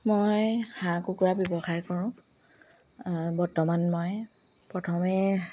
মই হাঁহ কুকুৰা ব্যৱসায় কৰোঁ বৰ্তমান মই প্ৰথমে